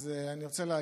אז אני רוצה להגיד.